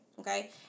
okay